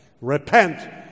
Repent